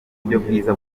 bwiza